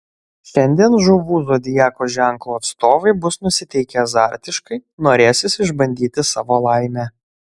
šiandien žuvų zodiako ženklo atstovai bus nusiteikę azartiškai norėsis išbandyti savo laimę